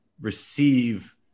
receive